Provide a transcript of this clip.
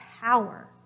power